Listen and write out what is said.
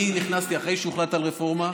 אני נכנסתי אחרי שהוחלט על רפורמה.